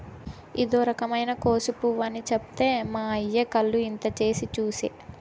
ఇదో రకమైన కోసు పువ్వు అని చెప్తే మా అయ్య కళ్ళు ఇంత చేసి చూసే